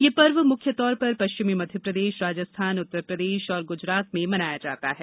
यह पर्व मुख्य तौर पर पश्चिमी मध्यप्रदेश राजस्थान उत्तर प्रदेश और गुजरात में मनाया जाता है